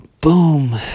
Boom